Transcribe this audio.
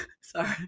sorry